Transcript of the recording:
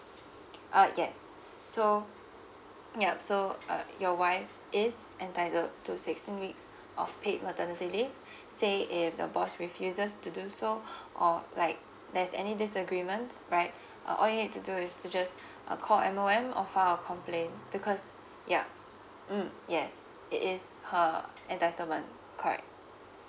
uh yes so yup so uh your wife is entitled to sixteen weeks of paid maternity leave say if the boss refuses to do so or like there's any disagreement right uh all you need to do is to just uh call M_O_M or file a complaint because yeah mm yes it is her entitlement correct